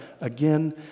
again